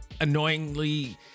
annoyingly